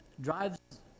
drives